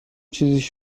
چیزیش